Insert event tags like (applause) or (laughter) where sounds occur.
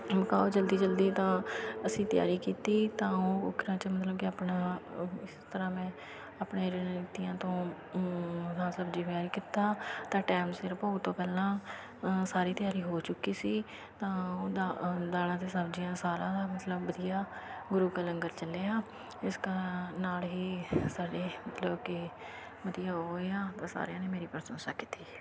ਪਕਾਓ ਜਲਦੀ ਜਲਦੀ ਤਾਂ ਅਸੀਂ ਤਿਆਰੀ ਕੀਤੀ ਤਾਂ ਉਹ ਕੁੱਕਰਾਂ 'ਚ ਮਤਲਬ ਕਿ ਆਪਣਾ ਉਹ ਇਸ ਤਰ੍ਹਾਂ ਮੈਂ ਆਪਣੇ ਰੀਲੇਟਿਵਾਂ ਤੋਂ ਦਾਲ ਸਬਜ਼ੀ (unintelligible) ਕੀਤਾ ਤਾਂ ਟਾਇਮ ਸਿਰ ਭੋਗ ਤੋਂ ਪਹਿਲਾਂ ਸਾਰੀ ਤਿਆਰੀ ਹੋ ਚੁੱਕੀ ਸੀ ਤਾਂ ਉਹ ਦਾ ਦਾਲਾਂ ਅਤੇ ਸਬਜ਼ੀਆਂ ਸਾਰਾ ਮਤਲਬ ਵਧੀਆ ਗੁਰੂ ਕਾ ਲੰਗਰ ਚੱਲਿਆ ਇਸ ਕਾ ਨਾਲ ਹੀ ਸਾਡੇ ਮਤਲਬ ਕਿ ਵਧੀਆ ਹੋਇਆ ਤਾਂ ਸਾਰਿਆਂ ਨੇ ਮੇਰੀ ਪ੍ਰਸ਼ੰਸਾ ਕੀਤੀ